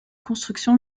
construction